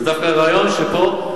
זה דווקא רעיון שפה,